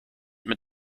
mit